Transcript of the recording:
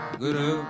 guru